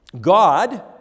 God